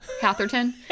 Hatherton